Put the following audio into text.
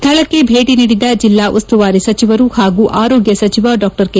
ಸ್ಥಳಕ್ಕೆ ಭೇಟಿ ನೀಡಿದ ಜಿಲ್ಲಾ ಉಸ್ತುವಾರಿ ಸಚಿವರು ಹಾಗೂ ಆರೋಗ್ಯ ಸಚಿವ ಡಾ ಕೆ